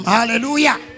Hallelujah